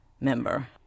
member